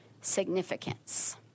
significance